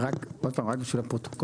עוד פעם, רק בשביל הפרוטוקול,